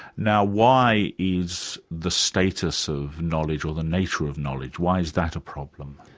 now why is the status of knowledge, or the nature of knowledge, why is that a problem?